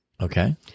Okay